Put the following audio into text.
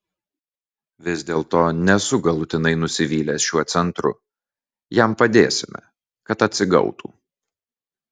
vis dėlto nesu galutinai nusivylęs šiuo centru jam padėsime kad atsigautų